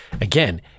again